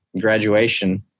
graduation